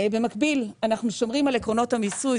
במקביל, אנחנו שומרים על עקרונות המיסוי.